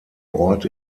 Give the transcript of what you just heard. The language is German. ort